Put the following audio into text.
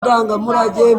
ndangamurage